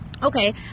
okay